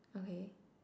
okay